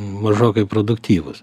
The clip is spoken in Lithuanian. mažokai produktyvus